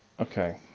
Okay